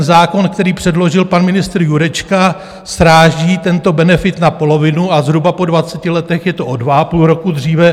Zákon, který předložil pan ministr Jurečka, sráží tento benefit na polovinu a zhruba po 20 letech je to o 2,5 roku dříve.